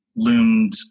loomed